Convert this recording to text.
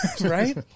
Right